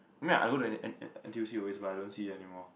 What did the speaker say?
I mean I go to n n n_t_u_c always but I don't see it anymore